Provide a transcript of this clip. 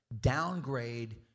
Downgrade